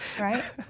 Right